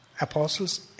apostles